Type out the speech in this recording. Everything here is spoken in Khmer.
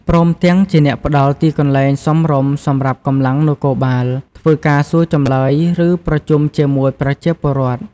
ព្រមទាំងជាអ្នកផ្ដល់ទីកន្លែងសមរម្យសម្រាប់កម្លាំងនគរបាលធ្វើការសួរចម្លើយ ឬប្រជុំជាមួយប្រជាពលរដ្ឋ។